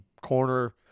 corner